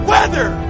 Weather